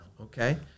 Okay